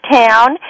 town